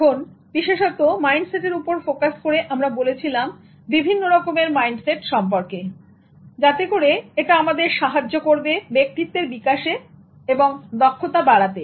এখন বিশেষতঃ মাইন্ডসেটের উপর ফোকাস করে আমরা বলেছিলাম বিভিন্ন রকমের মাইন্ডসেট সম্পর্কে যাতে করে এটা আমাদের সাহায্য করবে ব্যক্তিত্বের বিকাশে এবং দক্ষতা বাড়াতে